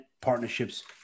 partnerships